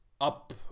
up